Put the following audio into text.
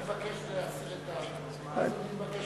אתה מבקש להסיר, אז אני מבקש